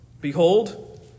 Behold